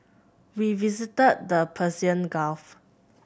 we visited the Persian Gulf